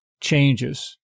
changes